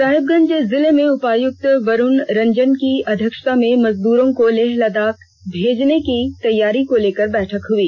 साहिबगंज जिले में उपायुक्त वरुण रंजन की अध्यक्षता में मजदूरों को लेह लददाख भेजने की तैयारी को लेकर बैठक हुई